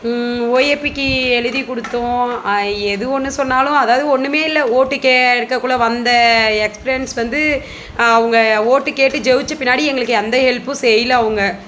ஓஏபிக்கி எழுதி கொடுத்தோம் எது ஒன்று சொன்னாலும் அதாவது ஒன்னுமே இல்லை ஒட்டு கேக்கக்குள்ள வந்த எக்ஸ்ப்ரியன்ஸ் வந்து அவங்க ஒட்டு கேட்டு ஜெயிச்ச பின்னாடி எங்களுக்கு எந்த ஹெல்பும் செய்யல அவங்க